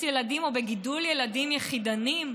ילדים או בגידול ילדים אצל יחידנים?